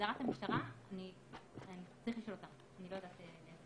להגדרת המשטרה, צריך לשאול אותם, אני לא יודעת.